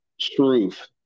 truth